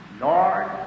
Lord